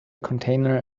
container